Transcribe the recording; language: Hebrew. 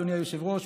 אדוני היושב-ראש,